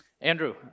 Andrew